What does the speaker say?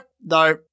no